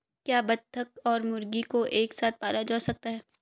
क्या बत्तख और मुर्गी को एक साथ पाला जा सकता है?